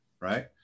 Right